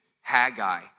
Haggai